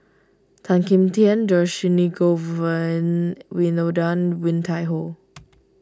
Tan Kim Tian Dhershini Govin Winodan Woon Tai Ho